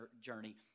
journey